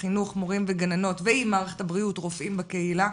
החינוך-מורים וגננות ועם מערכת הבריאות-רופאים בקהילה,